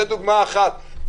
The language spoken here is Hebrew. זו דוגמה אחת.